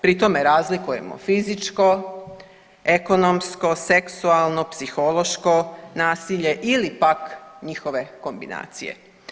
Pri tome razlikujemo fizičko, ekonomsko, seksualno, psihološko nasilje ili pak njihove kombinacije.